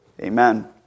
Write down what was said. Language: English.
Amen